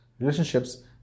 relationships